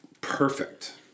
perfect